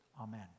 Amen